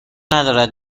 ندارد